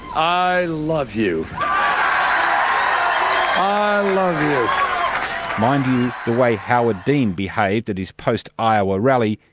i love you! i the way howard dean behaved at his post-iowa rally,